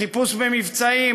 חיפוש במבצעים,